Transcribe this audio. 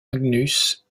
magnus